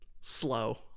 slow